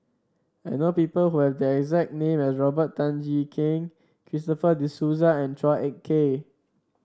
I know people who have the exact name as Robert Tan Jee Keng Christopher De Souza and Chua Ek Kay